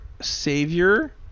Savior